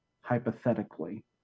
hypothetically